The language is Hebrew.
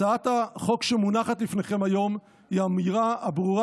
הצעת החוק שמונחת לפניכם היום היא האמירה הברורה